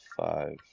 Five